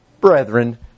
brethren